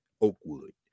Oakwood